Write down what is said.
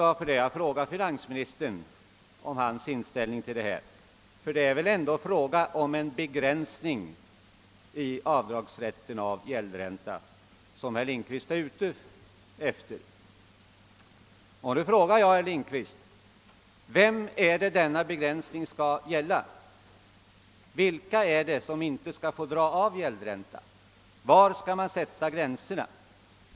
Att jag frågade finansministern om hans inställning till dessa frågor berodde på att det väl är en begränsning i rätten att göra avdrag för gäldränta som herr Lindkvist är ute efter. Nu frågar jag herr Lindkvist: Vem skall denna begränsning gälla? Vilka är det som inte skall få dra av gäldräntan? Var skall man sätta gränserna?